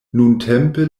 nuntempe